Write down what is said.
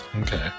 okay